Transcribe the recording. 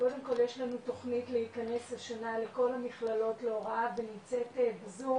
קודם כל יש לנו תוכנית להיכנס השנה לכל המכללות להוראה ונמצאת בזום